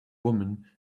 woman